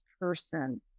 person